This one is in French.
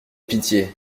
pitié